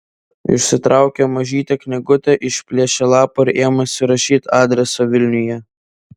išsitraukė mažytę knygutę išplėšė lapą ir ėmėsi rašyti adresą vilniuje